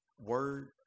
word